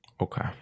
Okay